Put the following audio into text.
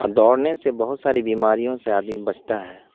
اور دوڑنے سے بہت ساری بیماریوں سے آدمی بچتا ہے